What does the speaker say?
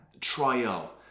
trial